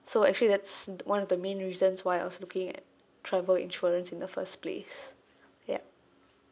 so actually that's one of the main reasons why I was looking at travel insurance in the first place yup